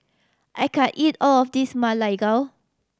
I can't eat all of this Ma Lai Gao